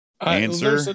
answer